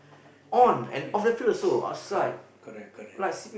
very proud ya correct correct correct